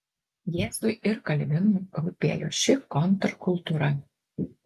jėzui ir kalvinui rūpėjo ši kontrkultūra